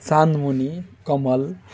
Sanmuni Kamal